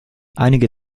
einige